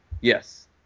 Yes